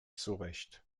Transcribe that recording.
zurecht